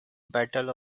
battle